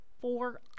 Four